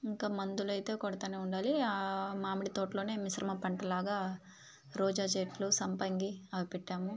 ఇంకా మందులయితే కొడతానే ఉండాలి ఆ మామిడి తోటలోనే మిశ్రమ పంటలాగా రోజా చెట్లు సంపంగి అవి పెట్టాము